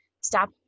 Stop